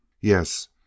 Yes